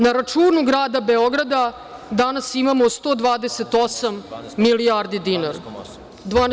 Na računu grada Beograda danas imamo 12,8 milijardi dinara.